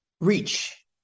reach